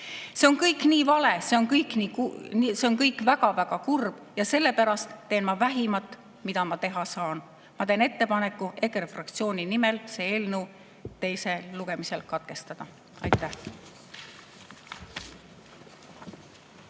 See on kõik nii vale, see on kõik väga-väga kurb. Ja sellepärast teen ma vähimat, mida ma teha saan. Ma teen ettepaneku EKRE fraktsiooni nimel selle eelnõu teine lugemine katkestada. Aitäh!